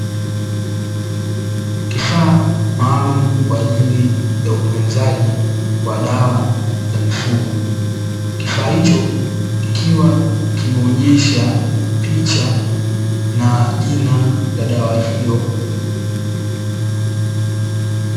Kifaa maalumu kwa ajili ya utunzaji wa dawa za mifugo. Kifaa hicho kikiwa kimeonyesha picha na jina la dawa hiyo.